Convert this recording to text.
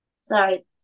Sorry